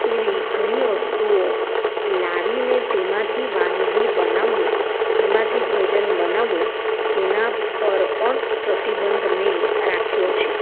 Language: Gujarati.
એવી ઘણી વસ્તુઓ લાવીને તેમાંથી વાનગી બનાવવી એમાંથી ભોજન બનાવવું તેના પર પણ પ્રતિબંધ મેં રાખ્યો છે